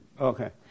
Okay